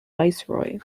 viceroy